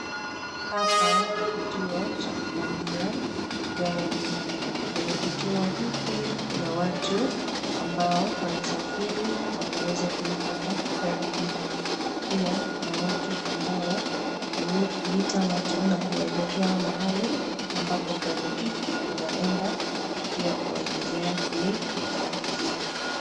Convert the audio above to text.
Hapa ni kituo cha kupandia gari. Kwenye kituo hiki kuna watu ambao wanasafiri na wanaweza kulipanda gari hili. Pia kuna watu ambao huita watu nakuwaelezea mahali ambapo gari hili linaenda na pia kuwaelezea bei ya gari hili.